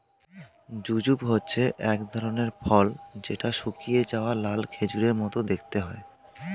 jujube হচ্ছে এক ধরনের ফল যেটা শুকিয়ে যাওয়া লাল খেজুরের মত দেখতে হয়